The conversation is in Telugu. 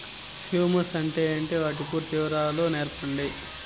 హ్యూమస్ అంటే ఏంటి? వాటి పూర్తి వివరాలు సెప్పండి?